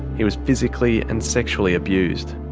he was physically and sexually abused.